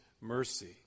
mercy